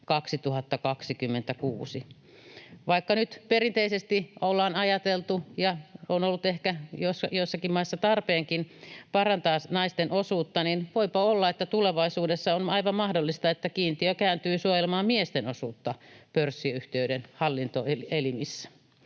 30.6.2026. Vaikka nyt perinteisesti ollaan ajateltu ja on ollut ehkä joissakin maissa tarpeenkin parantaa naisten osuutta, niin voipa olla, että tulevaisuudessa on aivan mahdollista, että kiintiö kääntyy suojelemaan miesten osuutta pörssiyhtiöiden hallintoelimissä.